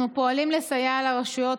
אנחנו פועלים לסייע לרשויות,